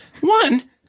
One